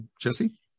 Jesse